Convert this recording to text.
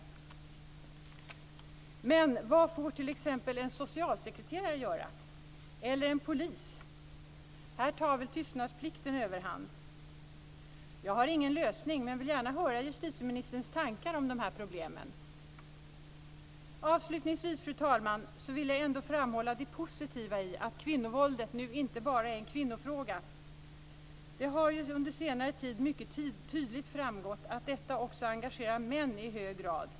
Men vad får t.ex. en socialsekreterare eller en polis göra? Här tar väl tystnadsplikten överhand? Jag har ingen lösning, men jag vill gärna höra justitieministerns tankar om dessa problem. Avslutningsvis, fru talman, vill jag ändå framhålla det positiva i att kvinnovåldet nu inte bara är en kvinnofråga. Det har ju under senare tid mycket tydligt framgått att detta också engagerar män i hög grad.